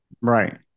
Right